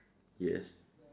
yes